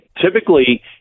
Typically